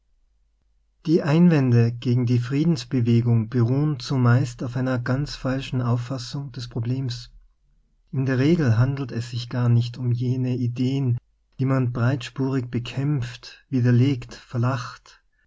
die einwände gegen die friedensbewe gung beruhen zumeist auf einer ganz falschen auffassung des problems in der regel handelt es sich gar nicht um jene ideen die man breitspurig bekämpft widere legt verlacht